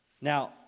Now